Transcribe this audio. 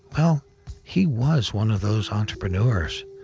well he was one of those entrepreneurs.